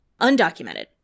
undocumented